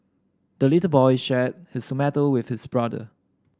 the little boy shared his tomato with his brother